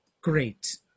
Great